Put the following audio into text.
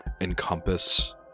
encompass